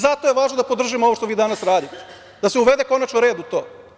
Zato je važno da podržimo ovo što vi danas radite, da se uvede konačno red u to.